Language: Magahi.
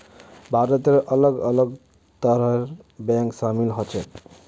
भारतत अलग अलग तरहर बैंक शामिल ह छेक